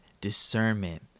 discernment